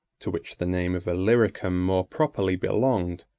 to which the name of illyricum more properly belonged,